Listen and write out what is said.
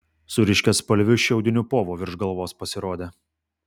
su ryškiaspalviu šiaudiniu povu virš galvos pasirodė